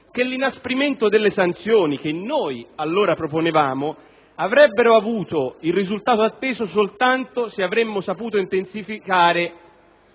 che l'inasprimento delle sanzioni, che noi allora volevamo, avrebbe avuto il risultato atteso solo se si fossero intensificati